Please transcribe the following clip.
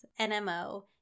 NMO